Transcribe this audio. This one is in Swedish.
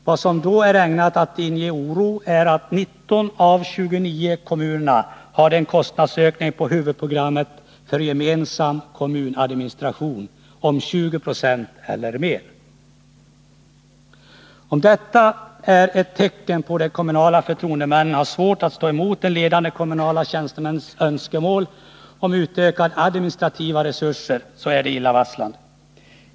Vad som då är ägnat att inge oro är att 19 av de 29 kommunerna hade en kostnadsökning på huvudprogrammet för gemensam kommunadministration om 20 90 eller mer. Om detta är ett tecken på att de kommunala förtroendemännen har svårt att stå emot de ledande kommunala tjänstemännens önskemål om utökade administrativa resurser, är det illavarslande.